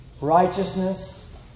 righteousness